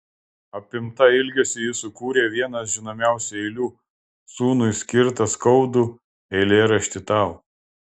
apimta ilgesio ji sukūrė vienas žinomiausių eilių sūnui skirtą skaudų eilėraštį tau